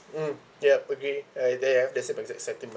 mm yup agree uh they have they say but it's a setting mah